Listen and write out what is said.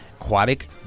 aquatic